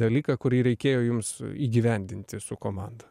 dalyką kurį reikėjo jums įgyvendinti su komanda